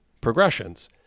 progressions